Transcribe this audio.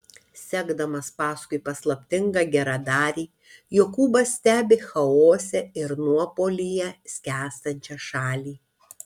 sekdamas paskui paslaptingą geradarį jokūbas stebi chaose ir nuopuolyje skęstančią šalį